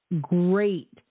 great